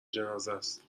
جنازهست